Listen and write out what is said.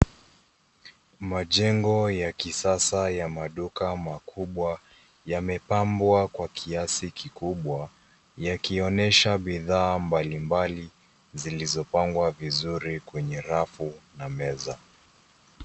Majengo ya kisasa ya maduka makubwa yamepambwa ya kiasi kikubwa yakionyesha bidhaa mbali mbali zilizopangwa vizuri kwenye rafu na meza.